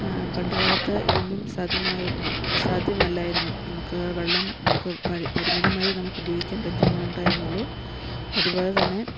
പണ്ട് കാലത്ത് ഇതൊന്നും സാധ്യമാകും സാധ്യമല്ലായിരുന്നു നമുക്ക് വെള്ളം നമുക്ക് പഴ് പരിമിതമായി നമുക്ക് ഉപയോഗിക്കാൻ പറ്റുന്ന ഉണ്ടായിരുന്നുള്ളു അതുപോലെതന്നെ